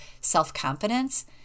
self-confidence